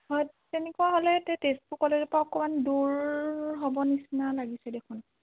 হয় তেনেকুৱা হ'লে তেজপুৰ কলেজৰ পৰা অকণমান দূৰ হ'ব নিচিনা লাগিছে দেখোন